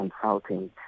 consulting